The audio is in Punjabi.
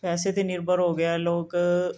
ਪੈਸੇ 'ਤੇ ਨਿਰਭਰ ਹੋ ਗਿਆ ਲੋਕ